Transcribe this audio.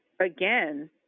again